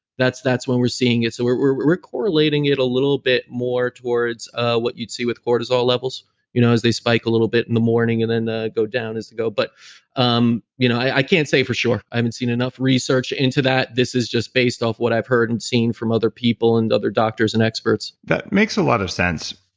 that's that's when we're seeing it. so we're correlating it a little bit more towards ah what you'd see with cortisol levels you know as they spike a little bit in the morning and then ah go down as they go. but um you know i can't say for sure, i haven't seen enough research into that, this is just based off what i've heard and seen from other people and other doctors and experts that makes a lot of sense.